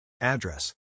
address